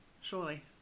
surely